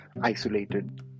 isolated